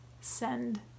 Send